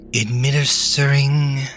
Administering